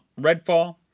Redfall